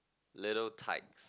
little tides